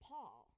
Paul